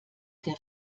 der